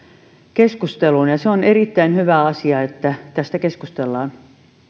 keskusteluun ja ja on erittäin hyvä asia että tästä keskustellaan